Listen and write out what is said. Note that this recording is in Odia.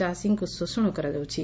ଚାଷୀଙ୍କୁ ଶୋଷଣ କରାଯାଉଛି